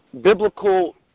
biblical